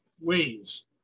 ways